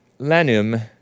Lanum